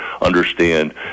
understand